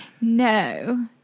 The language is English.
No